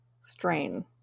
strain